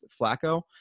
flacco